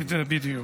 בדיוק.